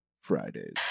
fridays